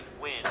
win